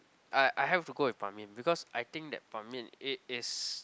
I I have to go with Ban-Mian because I think that Ban-Mian it is